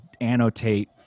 annotate